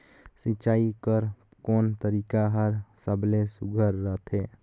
सिंचाई कर कोन तरीका हर सबले सुघ्घर रथे?